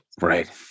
Right